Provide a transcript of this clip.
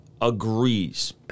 agrees